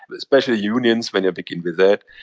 but especially unions, when you begin with that.